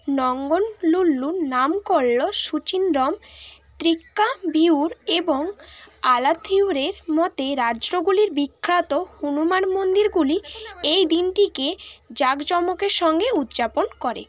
নঙ্গনলুল্লুম নামক্কল সুচিন্দ্রম ত্রিক্কাভিয়ুর এবং আলাথিয়ুরের মতে রাজ্যগুলির বিখ্যাত হনুমান মন্দিরগুলি এই দিনটিকে জাঁকজমকের সঙ্গে উদযাপন করে